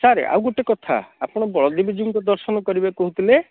ସାର ଆଉ ଗୋଟେ କଥା ଆପଣ ବଳଦେବଜୀଉଙ୍କୁ ଦର୍ଶନ କରିବେ କହୁଥିଲେ